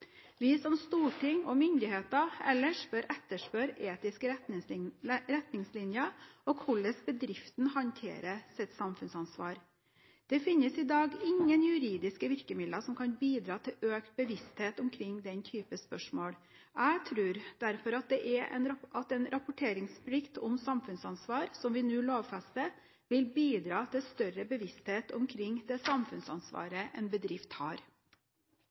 Vi som storting og myndigheter ellers bør etterspørre etiske retningslinjer og hvordan bedriften handterer sitt samfunnsansvar. Det finnes i dag ingen juridiske virkemidler som kan bidra til økt bevissthet omkring den type spørsmål. Jeg tror derfor at en rapporteringsplikt om samfunnsansvar som vi nå lovfester, vil bidra til større bevissthet omkring det samfunnsansvaret en bedrift har.